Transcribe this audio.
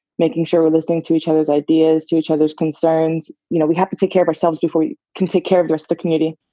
making sure we're listening to each other's ideas, to each other's concerns. you know, we have to take care of ourselves before we can take care of the rest of the community.